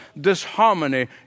disharmony